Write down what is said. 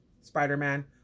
Spider-Man